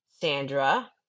Sandra